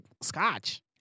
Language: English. scotch